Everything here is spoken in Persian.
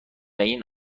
این